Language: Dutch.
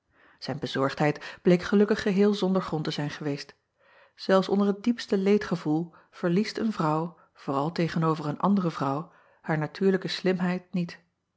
ijn bezorgdheid bleek gelukkig geheel zonder grond te zijn geweest elfs onder het diepste leedgevoel verliest een vrouw vooral tegen-over een andere vrouw haar natuurlijke slimheid niet